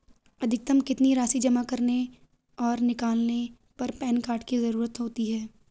अधिकतम कितनी राशि जमा करने और निकालने पर पैन कार्ड की ज़रूरत होती है?